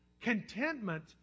Contentment